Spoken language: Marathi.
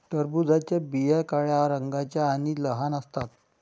टरबूजाच्या बिया काळ्या रंगाच्या आणि लहान असतात